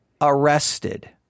arrested